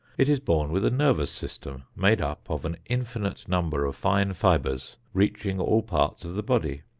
it is born with a nervous system made up of an infinite number of fine fibers reaching all parts of the body,